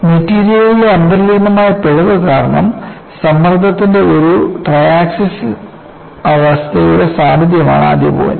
മെറ്റീരിയലിലെ അന്തർലീനമായ പിഴവ് കാരണം സമ്മർദ്ദത്തിന്റെ ഒരു ട്രയാക്സിയൽ അവസ്ഥയുടെ സാന്നിധ്യമാണ് ആദ്യ പോയിന്റ്